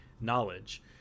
knowledge